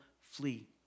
flee